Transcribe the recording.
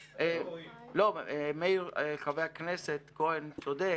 לא, מאיר, חבר הכנסת כהן צודק.